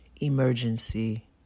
emergency